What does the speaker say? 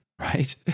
right